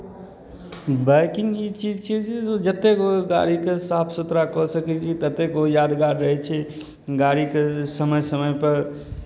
biking ई चीज छियै जे जतेक ओ गाड़ीकेँ साफ सुथरा कऽ सकै छी ततेक ओ यादगार रहै छै गाड़ीकेँ समय समयपर